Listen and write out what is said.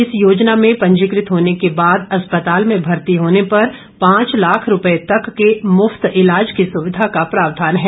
इस योजना में पंजीकृत होने के बाद अस्पताल में भर्ती होने पर पांच लाख रुपए तक के मृफ्त ईलाज की सूविधा का प्रावधान है